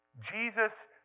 Jesus